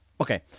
okay